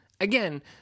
again